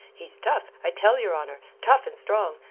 he's tough, i tell your honour tough and strong,